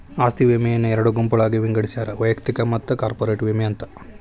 ಆಸ್ತಿ ವಿಮೆಯನ್ನ ಎರಡು ಗುಂಪುಗಳಾಗಿ ವಿಂಗಡಿಸ್ಯಾರ ವೈಯಕ್ತಿಕ ಮತ್ತ ಕಾರ್ಪೊರೇಟ್ ವಿಮೆ ಅಂತ